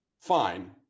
fine